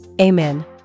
Amen